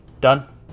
done